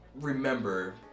remember